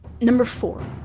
number four.